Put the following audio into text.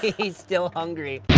he's still hungry.